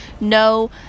no